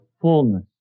fullness